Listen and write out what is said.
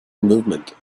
movement